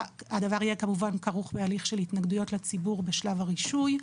הדבר יהיה כמובן כרוך בהליך של התנגדויות לציבור בשלב הרישוי.